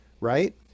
right